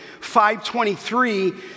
523